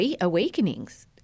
awakenings